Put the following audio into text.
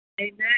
Amen